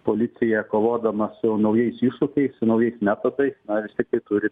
policija kovodama su naujais iššūkiais su naujais metodais na vis tiktai turi